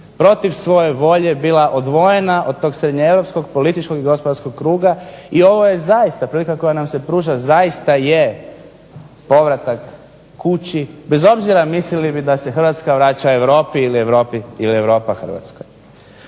protiv svoje volje bila odvojena od tog srednjoeuropskog političkog i gospodarskog kruga i ovo je zaista prilika koja nam se pruža, zaista je povratak kući, bez obzira mislili da se Hrvatska vraća Europi ili Europa Hrvatskoj.